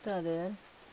তাদের